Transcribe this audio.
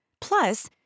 Plus